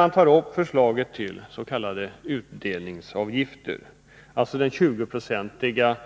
Man tar upp förslaget till s.k. utdelningsavgifter, alltså den 20-procentiga